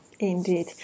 indeed